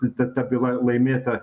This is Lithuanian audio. ta ta byla laimėta